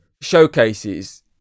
showcases